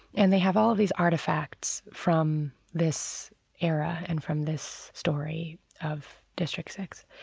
and they have all these artifacts from this era and from this story of district six.